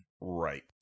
Right